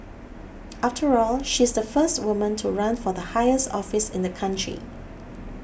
after all she's the first woman to run for the highest office in the country